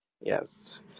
yes